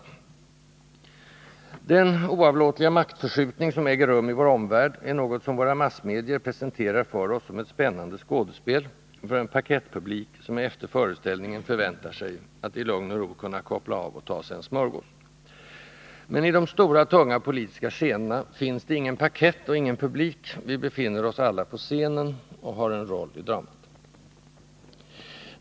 Den oavlåtliga maktförskjutning som äger rum i vår omvärld är något som våra massmedier presenterar för oss som ett spännande skådespel, för en parkettpublik som efter föreställningen förväntar sig att i lugn och ro kunna koppla av och ta sig en smörgås. Meni de stora och tunga politiska skeendena Nr 45 finns det ingen parkett och ingen publik: vi befinner oss alla på scenen och har Onsdagen den en roll i dramat.